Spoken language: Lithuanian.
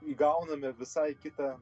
įgauname visai kitą